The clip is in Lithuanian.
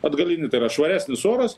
atgalinį tai yra švaresnis oras